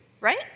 right